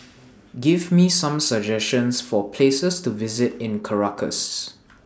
Give Me Some suggestions For Places to visit in Caracas